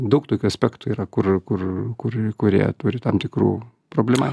daug tokių aspektų yra kur kur kur kurie turi tam tikrų problema